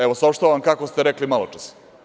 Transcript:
Evo, saopštavam vam kako ste rekli maločas.